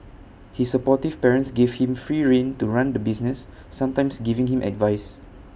his supportive parents gave him free rein to run the business sometimes giving him advice